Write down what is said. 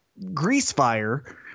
Greasefire